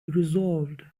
resolved